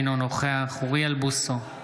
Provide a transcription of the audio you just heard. אינו נוכח אוריאל בוסו,